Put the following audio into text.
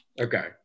Okay